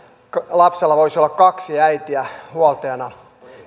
lapsella voisi olla huoltajana kaksi äitiä